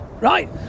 right